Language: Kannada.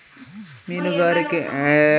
ಮೀನುಗಾರಿಕೆ ಟೆಕ್ನಿಕ್ಗುಳು ಮೀನು ಹಿಡೇ ರೀತಿ ಆಗ್ಯಾವ